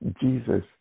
Jesus